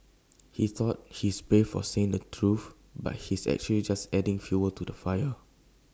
he thought he's brave for saying the truth but he's actually just adding fuel to the fire